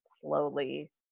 slowly